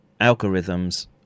algorithms